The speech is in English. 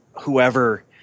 whoever